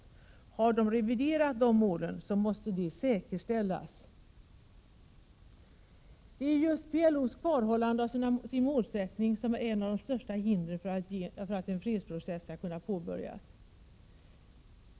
Om PLO har reviderat dessa mål måste det säkerställas. Det är just PLO:s kvarhållande av sin målsättning som är ett av de största hindren för att en fredsprocess skall kunna påbörjas.